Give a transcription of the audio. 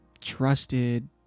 trusted